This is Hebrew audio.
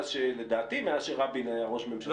לדעתי מאז שרבין היה ראש ממשלה.